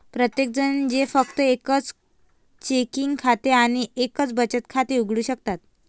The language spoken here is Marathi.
प्रत्येकजण जे फक्त एक चेकिंग खाते आणि एक बचत खाते उघडू शकतात